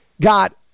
got